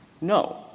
No